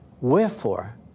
Wherefore